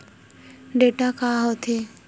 Data का होथे?